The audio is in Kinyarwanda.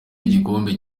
igikombe